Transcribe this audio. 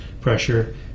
pressure